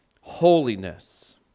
holiness